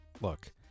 look